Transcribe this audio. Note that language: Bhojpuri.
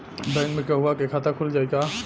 बैंक में केहूओ के खाता खुल जाई का?